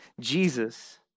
Jesus